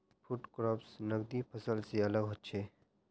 food crops नगदी फसल से अलग होचे